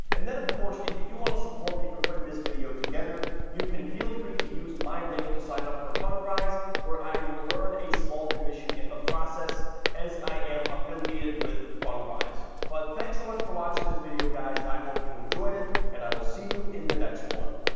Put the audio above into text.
and then of course if you do want to support me for putting this video together you can feel free to use my link to sign up for fundrise where i will earn a small commission in the process as i am affiliated with fundrise. but thanks so much for watching this video guys, i hope you enjoyed it. and i will see you in the next one.